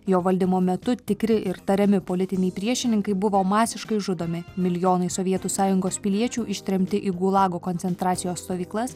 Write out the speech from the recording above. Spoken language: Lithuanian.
jo valdymo metu tikri ir tariami politiniai priešininkai buvo masiškai žudomi milijonai sovietų sąjungos piliečių ištremti į gulago koncentracijos stovyklas